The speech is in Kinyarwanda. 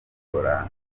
dukora